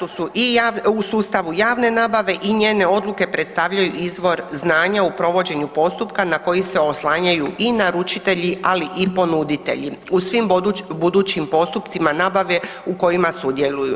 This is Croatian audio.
U sustavu javne nabave i njene odluke predstavljaju izvor znanja u provođenju postupka na koji se oslanjaju i naručitelji, ali i ponuditelji, u svim budućim postupcima javne nabave u kojima sudjeluju.